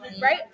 right